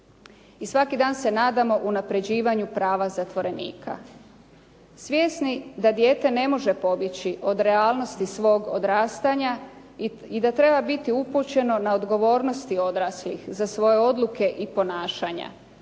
svaki dan se nadamo unapređivanju prava zatvorenika, svjesni da dijete ne može pobjeći od realnosti svog odrastanja i da treba biti upućeno na odgovornosti odraslih za svoje odluke i ponašanja.